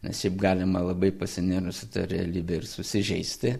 nes šiaip galima labai pasinėrus į realybę ir susižeisti